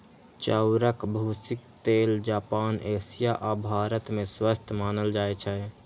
चाउरक भूसीक तेल जापान, एशिया आ भारत मे स्वस्थ मानल जाइ छै